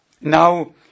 Now